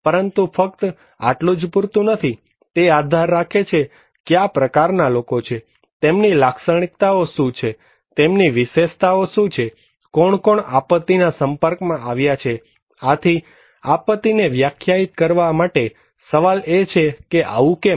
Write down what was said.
પરંતુ ફક્ત આટલું જ પૂરતું નથી તે આધાર રાખે છે કયા પ્રકારના લોકો છે તેમની લાક્ષણિકતાઓ શું છે તેમની વિશેષતાઓ શું છે કોણ કોણ આપત્તિ ના સંપર્કમાં આવ્યા છે આથી આપત્તિ ને વ્યાખ્યાયિત કરવા માટે સવાલ એ છે કે આવું કેમ